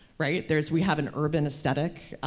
right? there's, we have an urban aesthetic,